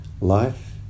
Life